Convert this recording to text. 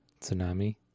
tsunami